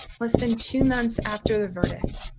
less than two months after the verdict,